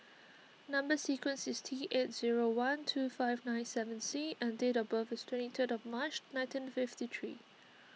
Number Sequence is T eight zero one two five nine seven C and date of birth is twenty third of March nineteen fifty three